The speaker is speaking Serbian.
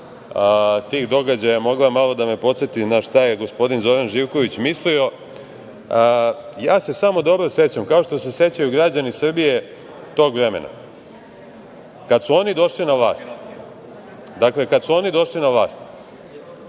tih događaja mogla malo da me podseti na šta je gospodin Zoran Živković mislio. Ja se sam dobro sećam, kao što se i sećaju građani Srbije tog vremena, kada su oni došli na vlast, dakle, kada su oni došli na vlast,